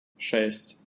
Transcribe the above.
шесть